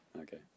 Okay